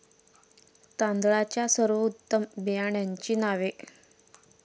तांदळाच्या सर्वोत्तम बियाण्यांची नावे?